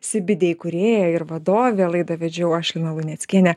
sibidė įkūrėja ir vadovė laidą vedžiau aš lina luneckienė